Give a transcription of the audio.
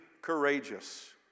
courageous